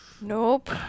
Nope